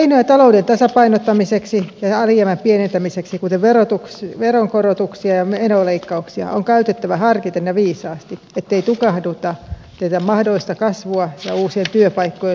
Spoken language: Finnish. keinoja talouden tasapainottamiseksi ja alijäämän pienentämiseksi kuten veronkorotuksia ja menoleikkauksia on käytettävä harkiten ja viisaasti ettei tukahduteta tätä mahdollista kasvua ja uusien työpaikkojen syntyä